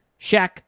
Shaq